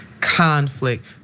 conflict